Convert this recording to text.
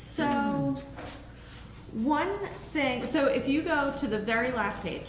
so one thing so if you go to the very last